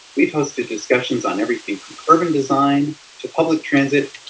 we posted discussions on everything from urban design, to public transit,